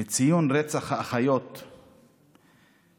לציון רצח האחיות מיראבל,